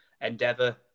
endeavour